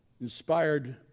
inspired